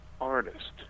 artist